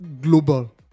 global